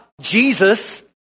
Jesus